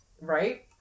right